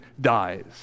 dies